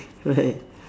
what